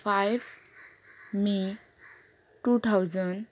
five May two thousand